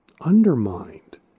undermined